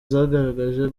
zagaragaje